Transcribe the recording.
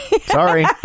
Sorry